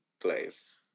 place